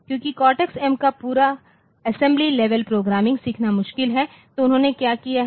क्योंकि Cortex M का पूरा असेंबली लेवल प्रोग्रामिंग सीखना मुश्किल है तो उन्होंने क्या किया है